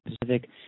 Pacific